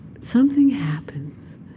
something happens,